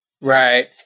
Right